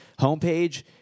homepage